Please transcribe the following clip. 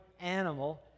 animal